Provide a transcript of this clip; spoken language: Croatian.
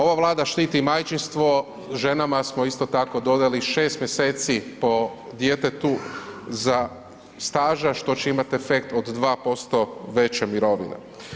Ova Vlada štiti i majčinstvo, ženama smo isto tako dodali 6 mjeseci po djetetu za staža što će imati efekt od 2% veće mirovine.